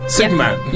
Superman